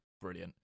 Brilliant